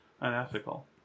unethical